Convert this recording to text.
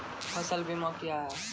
फसल बीमा क्या हैं?